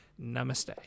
Namaste